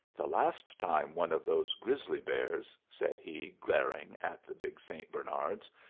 the last time one of those grizzly bears, said he, glaring at the big st. bernards,